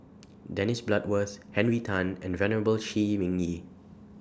Dennis Bloodworth Henry Tan and Venerable Shi Ming Yi